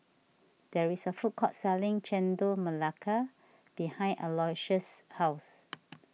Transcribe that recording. there is a food court selling Chendol Melaka behind Aloysius' house